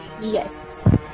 yes